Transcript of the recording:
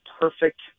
perfect